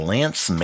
Lance